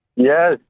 Yes